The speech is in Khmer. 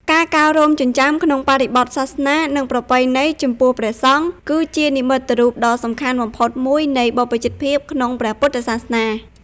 ការកោររោមចិញ្ចើមក្នុងបរិបទសាសនា និងប្រពៃណី ចំពោះព្រះសង្ឃ គឺជានិមិត្តរូបដ៏សំខាន់បំផុតមួយនៃបព្វជិតភាពក្នុងព្រះពុទ្ធសាសនា។